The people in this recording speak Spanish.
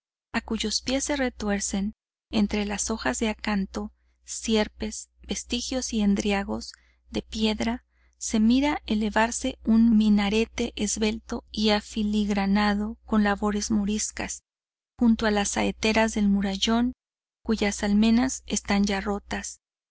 a cuyos pies se retuercen entre las hojas de acanto sierpes vestigios y endriagos de piedra se mira elevarse un minarete esbelto y afiligranado con labores moriscas junto a las saeteras del murallón cuyas almenas están ya rotas